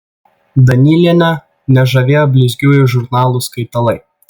danylienę nežavėjo blizgiųjų žurnalų skaitalai